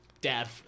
dad